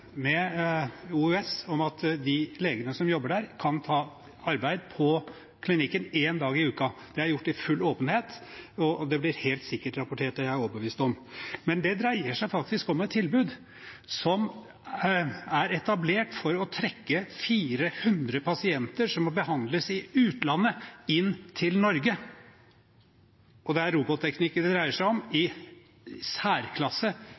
med OUS om at de legene som jobber der, kan ta arbeid på klinikken en dag i uken. Det er gjort i full åpenhet, og det blir helt sikkert rapportert – det er jeg overbevist om. Men det dreier seg faktisk om et tilbud som er etablert for å trekke 400 pasienter som må behandles i utlandet, inn til Norge. Og det er robotteknikere det dreier seg om, i særklasse